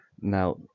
Now